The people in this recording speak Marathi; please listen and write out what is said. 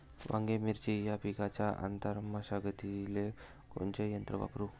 वांगे, मिरची या पिकाच्या आंतर मशागतीले कोनचे यंत्र वापरू?